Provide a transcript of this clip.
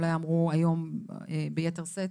אולי נאמרו היום ביתר שאת.